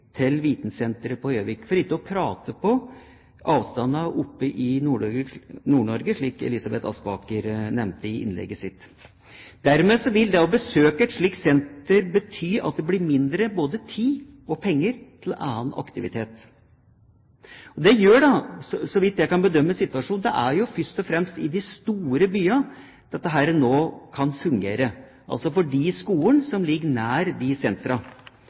til vitensenteret på Gjøvik – for ikke å snakke om avstandene oppe i Nord-Norge, som Elisabeth Aspaker nevnte i innlegget sitt. Det å besøke et slikt senter vil bety mindre tid og penger til annen aktivitet. Det gjør så vidt jeg kan bedømme situasjonen, at det først og fremst er i de store byene at dette nå kan fungere, altså for de skolene som ligger nær de åtte sentra